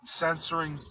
censoring